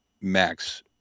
Max